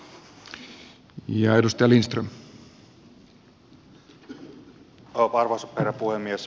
arvoisa herra puhemies